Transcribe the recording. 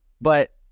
But-